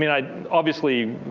i obviously